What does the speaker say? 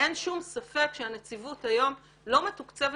אין שום ספק שהנציבות היום לא מתוקצבת